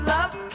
Love